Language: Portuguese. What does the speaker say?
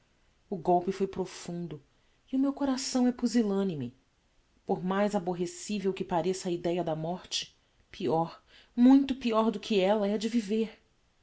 o golpe foi profundo e o meu coração é pusillanime por mais aborrecivel que pareça a ideia da morte peior muito peior do que ella é a de viver